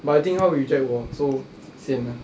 but I think 她 reject 我 so sian ah